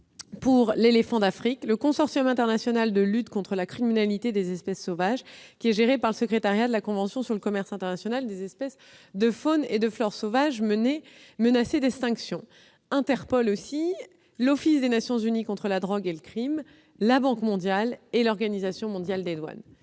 pour l'éléphant d'Afrique, du Consortium international de lutte contre la criminalité liée aux espèces sauvages, géré par le secrétariat de la Convention sur le commerce international des espèces de faune et de flore sauvages menacées d'extinction, d'Interpol, de l'Office des Nations Unies contre la drogue et le crime, de la Banque mondiale et de l'Organisation mondiale des douanes.